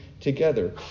together